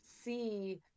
see